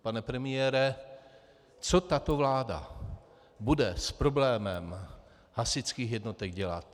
Pane premiére, co tato vláda bude s problémem hasičských jednotek dělat?